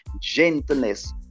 gentleness